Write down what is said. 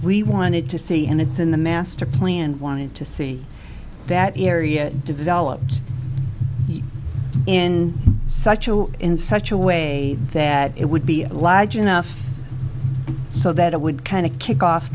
we wanted to see and it's in the master plan and wanted to see that area developed in such a in such a way that it would be a large enough so that it would kind of kick off